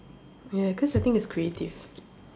ya cause the thing is creative